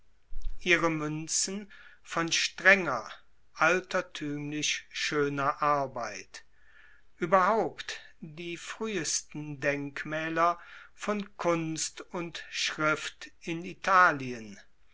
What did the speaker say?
ihre muenzen von strenger altertuemlich schoener arbeit ueberhaupt die fruehesten denkmaeler von kunst und schrift in italien